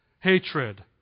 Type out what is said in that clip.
hatred